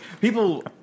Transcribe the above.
people